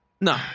No